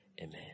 Amen